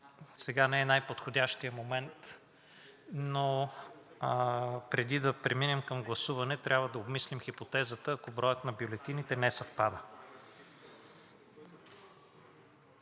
сега не е най-подходящият момент, но преди да преминем към гласуване, трябва да обмислим хипотезата, ако броят на бюлетините не съвпада.